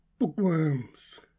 bookworms